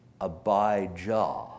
Abijah